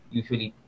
usually